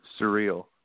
Surreal